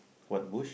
what bush